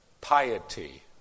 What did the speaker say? piety